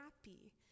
happy